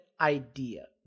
idea